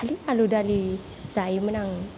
खालि आलु दालि जायोमोन आङो